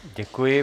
Děkuji.